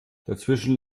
dazwischen